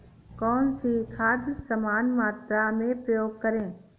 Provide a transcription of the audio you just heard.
कौन सी खाद समान मात्रा में प्रयोग करें?